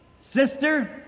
Sister